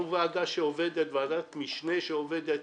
אנחנו ועדה שעובדת וועדת משנה שעובדת